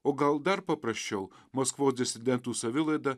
o gal dar paprasčiau maskvos disidentų savilaida